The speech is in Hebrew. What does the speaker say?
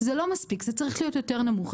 זה לא מספיק, זה צריך להיות יותר נמוך.